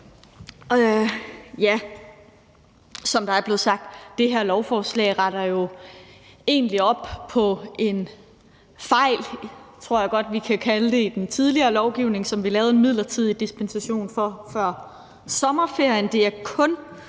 have. Som der er blevet sagt, retter det her lovforslag jo egentlig op på en fejl, tror jeg godt vi kan kalde det, i den tidligere lovgivning, som vi lavede en midlertidig dispensation for før sommerferien, og det er kun